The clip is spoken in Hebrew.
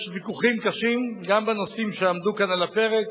יש ויכוחים קשים גם בנושאים שעמדו כאן על הפרק,